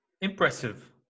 impressive